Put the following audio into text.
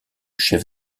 chef